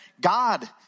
God